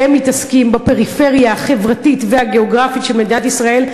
שהם מתעסקים בפריפריה החברתית והגיאוגרפית של מדינת ישראל,